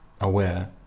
aware